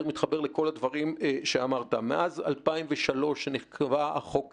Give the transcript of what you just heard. מתחבר לכל הדברים שהוא אמר מאז 2003 שנחקק החוק הזה,